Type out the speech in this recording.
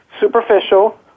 superficial